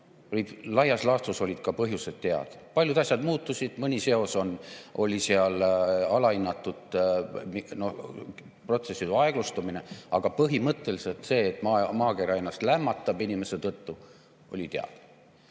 Laias laastus olid ka põhjused teada. Paljud asjad muutusid, mõni seos oli seal alahinnatud, näiteks protsesside aeglustumine, aga põhimõtteliselt see, et maakera ennast lämmatab inimese tõttu, oli teada.